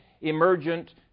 emergent